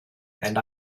and